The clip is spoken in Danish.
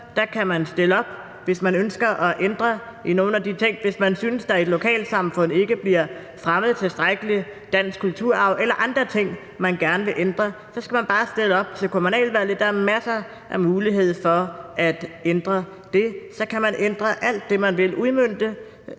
der kan man stille op, hvis man ønsker at ændre i nogle af de ting. Hvis man synes, der i et lokalsamfund ikke bliver fremmet tilstrækkelig med dansk kulturarv, eller der er andre ting, man gerne vil ændre, så skal man bare stille op til kommunalvalget. Der er masser af muligheder for at ændre det. Så kan man ændre alt det, man vil, udmønte